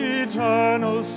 eternal